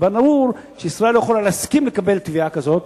וברור שישראל לא יכולה להסכים לקבל תביעה כזאת.